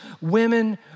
women